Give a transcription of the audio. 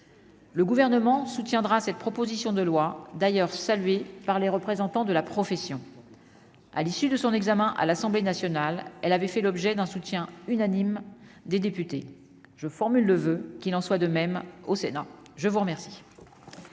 Le gouvernement soutiendra cette proposition de loi d'ailleurs saluée par les représentants de la profession, à l'issue de son examen à l'Assemblée nationale, elle avait fait l'objet d'un soutien unanime des députés, je formule le voeu qu'il en soit de même au Sénat, je vous remercie.